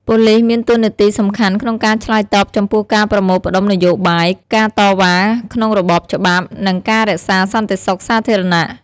ប៉ូលីសមានតួនាទីសំខាន់ក្នុងការឆ្លើយតបចំពោះការប្រមូលផ្តុំនយោបាយ ការតវ៉ាក្នុងរបបច្បាប់ និងការរក្សាសន្តិសុខសាធារណៈ។